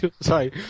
Sorry